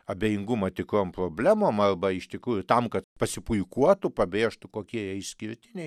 abejingumą tikrom problemom arba iš tikrųjų tam kad pasipuikuotų pabrėžtų kokie išskirtiniai